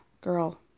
Girl